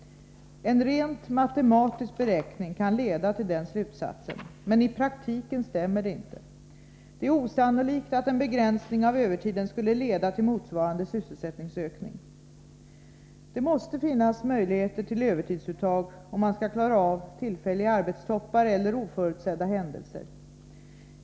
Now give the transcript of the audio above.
En rent matematisk beräkning kan leda till den slutsatsen. Men i praktiken stämmer det inte. Det är osannolikt att en begränsning av övertiden skulle leda till motsvarande sysselsättningsökning. Det måste finnas möjligheter till övertidsuttag, om man skall klara av tillfälliga arbetstoppar eller oförutsedda händelser.